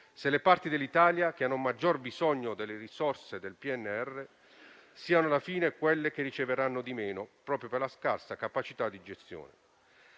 se le parti dell'Italia che hanno maggior bisogno delle risorse del PNRR fossero, alla fine, quelle che riceveranno di meno, proprio per la scarsa capacità di gestione.